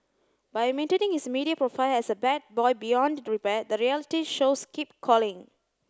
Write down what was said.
by maintaining his media profile as a bad boy beyond repair the reality shows keep calling